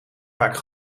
vaak